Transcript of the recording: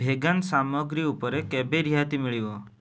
vegan ସାମଗ୍ରୀ ଉପରେ କେବେ ରିହାତି ମିଳିବ